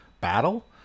battle